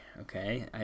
Okay